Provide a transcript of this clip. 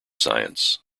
science